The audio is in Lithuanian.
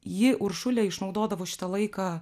ji uršulė išnaudodavo šitą laiką